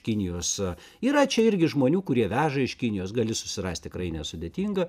kinijos yra čia irgi žmonių kurie veža iš kinijos gali susirasti tikrai nesudėtinga